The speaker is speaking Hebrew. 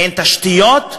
אין תשתיות,